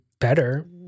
better